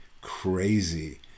crazy